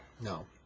no